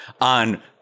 on